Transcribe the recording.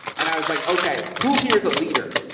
and i was like, okay, who here is a leader.